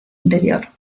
interior